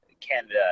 Canada